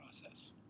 process